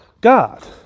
God